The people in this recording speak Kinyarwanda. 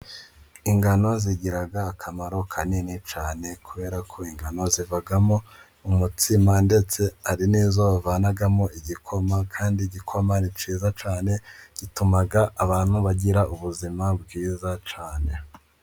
Ingano zigira akamaro kanini cyane, kubera ko ingano zivamo umutsima, ndetse hari nizo bavanamo igikoma, kandi igikoma ni cyiza cyane, gituma abantu bagira ubuzima bwiza cyane.